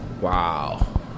Wow